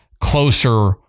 closer